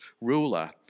ruler